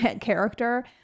character